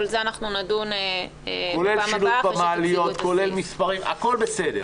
על זה נדון בפעם הבאה אחרי שתציגו את